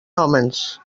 hòmens